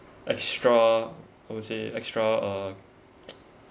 extra how to say extra uh